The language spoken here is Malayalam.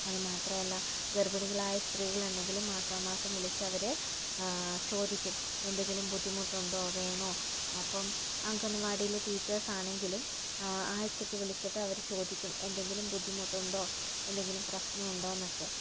അത് മാത്രമല്ല ഗർഭിണികളായ സ്ത്രീകൾ ഉണ്ടെങ്കില് മാസാ മാസം വിളിച്ചവര് ചോദിക്കും എന്തെങ്കിലും ബുദ്ധിമുട്ടുണ്ടോ വേണോ അപ്പം അങ്കണവാടിയിലെ ടീച്ചേർസ് ആണെങ്കിലും ആഴ്ചയ്ക്ക് വിളിച്ചിട്ട് അവർ ചോദിക്കും എന്തെങ്കിലും ബുദ്ധിമുട്ടുണ്ടോ എന്തെങ്കിലും പ്രശ്നമുണ്ടോ എന്നൊക്കെ